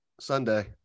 Sunday